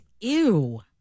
Ew